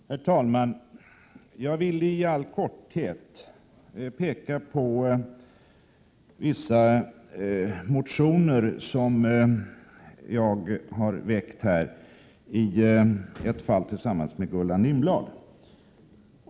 Herr talman! Jag vill i all korthet peka på vissa motioner som jag har väckt, i ett par fall tillsammans med Gullan Lindblad.